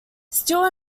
steele